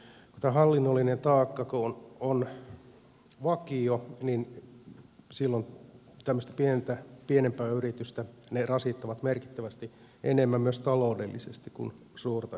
kun tämä hallinnollinen taakka on vakio niin silloin se tämmöistä pienempää yritystä rasittaa merkittävästi enemmän myös taloudellisesti kuin suurta yritystä